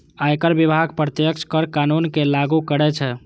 आयकर विभाग प्रत्यक्ष कर कानून कें लागू करै छै